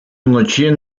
вночі